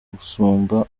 gusumba